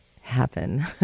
happen